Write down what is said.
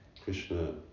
Krishna